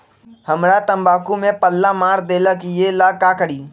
हमरा तंबाकू में पल्ला मार देलक ये ला का करी?